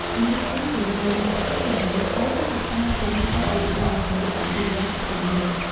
in this video, i will explain about how to customize the default editor window of the react scheduler.